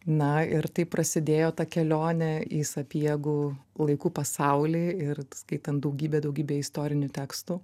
na ir taip prasidėjo ta kelionė į sapiegų laikų pasaulį ir skaitant daugybę daugybę istorinių tekstų